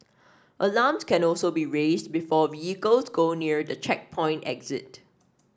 alarms can also be raised before vehicles go near the checkpoint exit